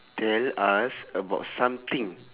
tell us about something